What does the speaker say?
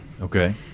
Okay